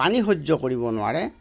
পানী সহ্য় কৰিব নোৱাৰে